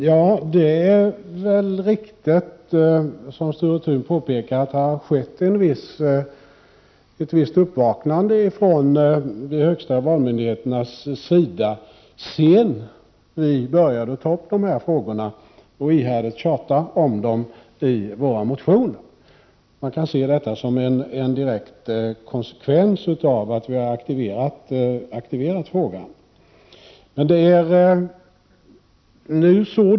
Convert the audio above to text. Herr talman! Det är riktigt som Sture Thun påpekar att ett visst uppvaknande från de högsta valmyndigheternas sida har skett sedan vi började ta upp dessa frågor och ihärdigt tjata om den i våra motioner. Man kan se detta som en direkt konsekvens av att vi aktiverat frågan.